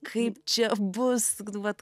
kaip čia bus vat